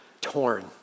torn